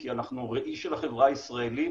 כי אנחנו ראי של החברה הישראלית,